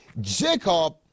Jacob